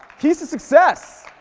keys to success.